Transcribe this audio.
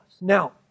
Now